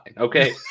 Okay